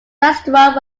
restaurant